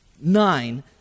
nine